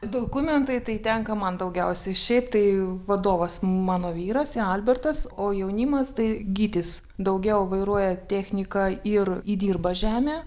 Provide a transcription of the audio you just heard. dokumentai tai tenka man daugiausiai šiaip tai vadovas mano vyras albertas o jaunimas tai gytis daugiau vairuoja techniką ir įdirba žemę